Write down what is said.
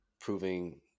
Proving